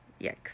Yikes